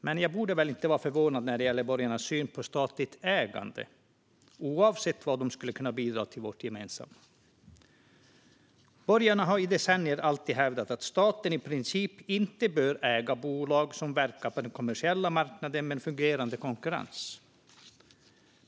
Men jag borde väl inte vara förvånad när det gäller borgarnas syn på statligt ägande, oavsett vad det skulle kunna bidra med till vårt gemensamma. Borgarna har i decennier alltid hävdat att staten i princip inte bör äga bolag som verkar på den kommersiella marknaden med fungerande konkurrens.